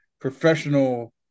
professional